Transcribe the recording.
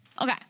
Okay